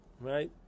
right